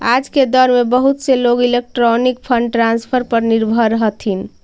आज के दौर में बहुत से लोग इलेक्ट्रॉनिक फंड ट्रांसफर पर निर्भर हथीन